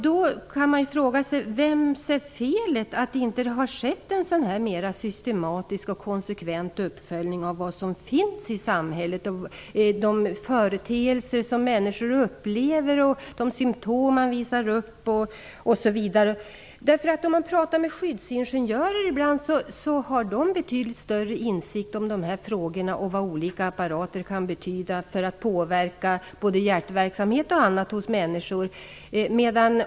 Då kan man ju fråga sig vems felet är att det inte har skett en mer systematisk och konsekvent uppföljning av vad som finns i samhället, de företeelser som människor upplever, de symtom man visar upp osv. Om man pratar med skyddsingenjörer har de betydligt större insikt i de här frågorna om vad olika apparater kan betyda för att påverka hjärtverksamhet och annat hos människor.